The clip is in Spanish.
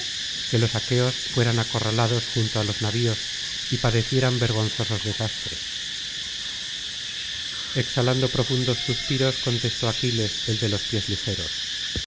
que los aqueos fueran acorralados junto á los navios y padecieran vergonzosos desastres exhalando profundos suspiros contestó aquiles el de los pies ligeros